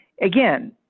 again